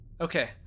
Okay